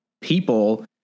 people